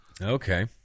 Okay